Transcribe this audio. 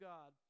God